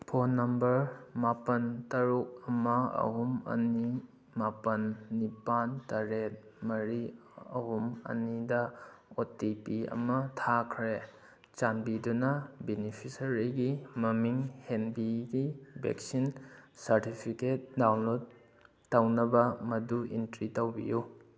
phone number ꯃꯥꯄꯜ ꯇꯔꯨꯛ ꯑꯃ ꯑꯍꯨꯝ ꯑꯅꯤ ꯃꯥꯄꯜ ꯅꯤꯄꯥꯜ ꯇꯔꯦꯠ ꯃꯔꯤ ꯑꯍꯨꯝ ꯑꯅꯤꯗ ꯑꯣ ꯇꯤ ꯄꯤ ꯑꯃ ꯊꯥꯈ꯭ꯔꯦ ꯆꯥꯟꯕꯤꯗꯨꯅ ꯕꯤꯅꯤꯐꯤꯁꯔꯤꯒꯤ ꯃꯃꯤꯡ ꯍꯦꯟꯕꯤꯒꯤ ꯚꯦꯛꯁꯤꯟ ꯁꯥꯔꯇꯤꯐꯤꯀꯦꯠ ꯗꯥꯎꯟꯂꯣꯗ ꯇꯧꯅꯕ ꯃꯗꯨ ꯏꯟꯇ꯭ꯔꯤ ꯇꯧꯕꯤꯌꯨ